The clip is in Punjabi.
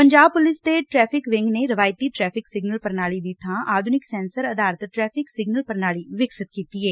ਪੰਜਾਬ ਪੁਲੀਸ ਦੇ ਟਰੈਫਿਕ ਵਿੰਗ ਨੇ ਰਵਾਇਤੀ ਟਰੈਫਿਕ ਸਿਗਨਲ ਪ੍ਰਣਾਲੀ ਦੀ ਬਾਂ ਆਧੁਨਿਕ ਸੈਂਸਰ ਆਧਾਰਤ ਟਰੈਫਿਕ ਸਿਗਨਲ ਪੁਣਾਲੀ ਵਿਕਸਤ ਕੀਤੀ ਏ